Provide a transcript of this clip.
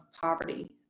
poverty